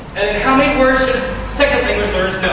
and and how many words should second language learners